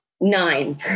nine